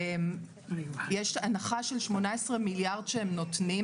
יש הנחה של 18 מיליארד שהם נותנים,